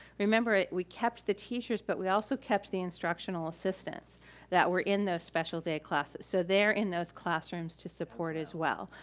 remember, we kept the teachers, but we also kept the instructional assistants that were in those special day classes. so they're in those classrooms to support as well.